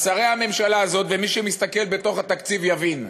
אז שרי הממשלה הזאת, ומי שמסתכל בתוך התקציב יבין: